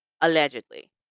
Allegedly